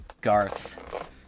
Garth